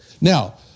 now